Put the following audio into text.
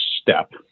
step